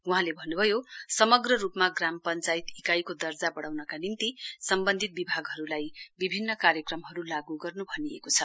वहाँले भन्न्भयो समग्र रूपमा ग्राम पञ्चायत इकाइको दर्जा बढ़ाउनका निम्ति सम्वन्धित विभागहरूलाई विभन्न कार्यक्रमहरू लागू गर्न् भनिएको छ